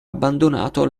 abbandonato